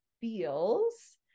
feels